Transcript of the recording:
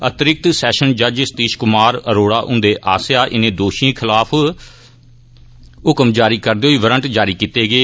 अतिरिक्त सैशन जज सतीश कुमार अरोड़ा हुंदे आस्सैआ इनें दोषिएं खलाफ हुकम जारी करदे होई वारंट जारी कीते गे